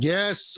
Yes